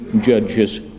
judges